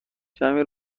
کمی